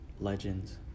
legends